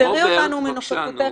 רוברט, בבקשה.